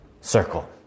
circle